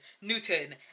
Newton